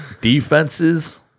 Defenses